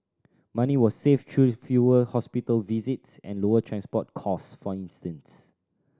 money was saved through fewer hospital visits and lower transport costs for instance